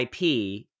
ip